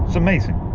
so amazing